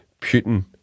Putin